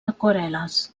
aquarel·les